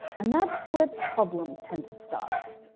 and that's where problems tend to start.